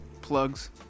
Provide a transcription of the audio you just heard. plugs